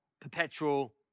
perpetual